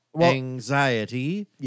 anxiety